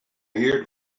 heard